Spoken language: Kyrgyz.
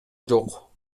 жок